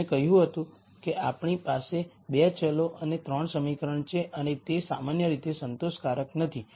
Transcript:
અમે કહ્યું કે આપણી પાસે 2 ચલો અને 3 સમીકરણ છે અને તે સામાન્ય રીતે સંતોષકારક નથી